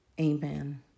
Amen